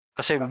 Kasi